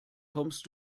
kommst